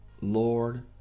Lord